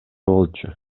болчу